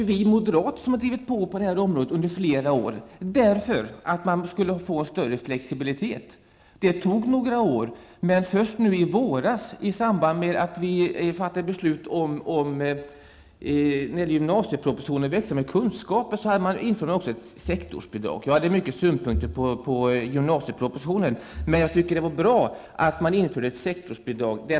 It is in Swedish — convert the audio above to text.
Jo, vi moderater har drivit på i den här frågan under flera år. Vi vill åstadkomma en större flexibilitet. Det tog några år. Först nu i våras när vi fattade beslut om gymnasiepropositionen ''Växa med kunskaper'' införde man även ett sektorsbidrag. Vi hade många synpunkter på gymnasiepropositionen, men jag tycker att det är bra att det infördes ett sektorsbidrag.